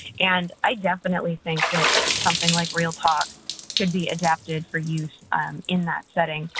and i definitely think that something like real talk could be adapted for youth in that setting.